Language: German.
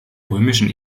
römischen